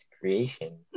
creation